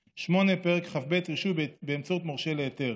8. פרק כ"ב (רישוי באמצעות מורשה להיתר).